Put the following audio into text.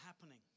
happening